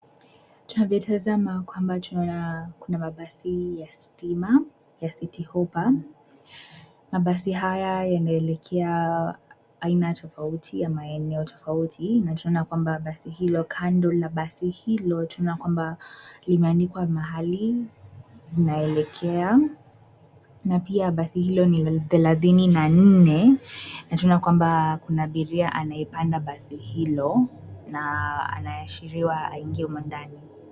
Tunavyotazama kwamba tunaona kuna mabasi ya stima, ya Citi Hoppa , mabasi haya yanaelekea, aina tofauti, ya maeneo tofauti na tunaona kwamba basi hilo kando la basi hilo tunaona kwamba, limeandikwa mahali, zinaelekea, na pia basi hilo ni thelathini na nne, na tunaona kwamba kuna abiria anayepanda basi hilo, na, anaashiriwa aingie humo ndani.